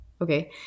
Okay